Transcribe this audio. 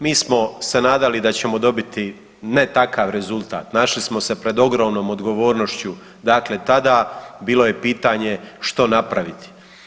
Mi smo se nadali da ćemo dobiti ne takav rezultat, našli smo se pred ogromnom odgovornošću, dakle tada, bilo je pitanje što napraviti.